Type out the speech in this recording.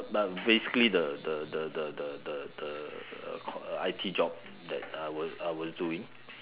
but basically the the the the the the the co~ uh I_T job that I was I was doing